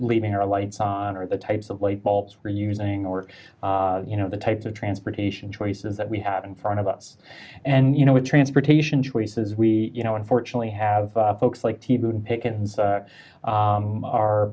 leaving our lights on or the types of lightbulbs for using or you know the types of transportation choices that we have in front of us and you know with transportation choices we you know unfortunately have folks like